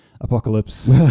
apocalypse